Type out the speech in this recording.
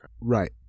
Right